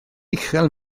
uchel